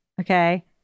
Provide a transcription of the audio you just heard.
Okay